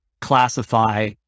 classify